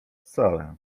wcale